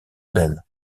bell